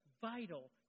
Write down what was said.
vital